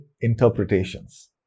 interpretations